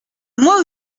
moi